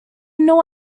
know